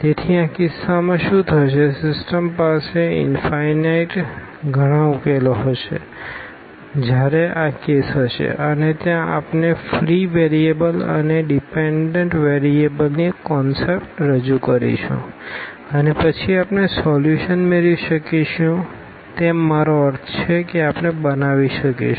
તેથી આ કિસ્સામાં શું થશે સિસ્ટમ પાસે ઇનફાઈનાઈટ ઘણા ઉકેલો હશે જ્યારે આ કેસ હશે અને ત્યાં આપણે આ ફ્રી વેરીએબલ અને ડીપેનડન્ટ વેરીએબલનો કોનસેપ્ટ રજૂ કરીશું અને પછી આપણે સોલ્યુશન મેળવી શકીશું તેમ મારો અર્થ છે કે આપણે બનાવી શકીશું